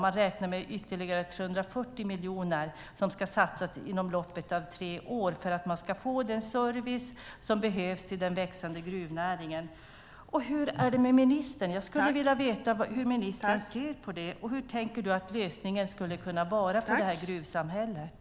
Man räknar med att ytterligare 340 miljoner ska satsas inom loppet av tre år för att man ska få den service som behövs till den växande gruvnäringen. Hur är det ministern? Jag skulle vilja veta hur ministern ser på det. Hur tänker du att lösningen skulle kunna vara för det här gruvsamhället?